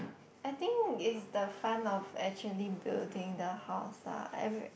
I think it is the fun of actually building the house lah I